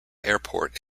airport